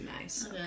nice